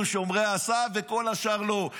אנחנו שומרי הסף וכל השאר לא,